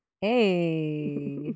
Hey